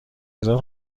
ایران